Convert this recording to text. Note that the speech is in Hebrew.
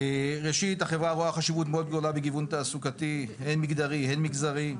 ראשית החברה רואה חשיבות מאוד גדולה בגיוון תעסוקתי הן מגדרי והן מגזרי.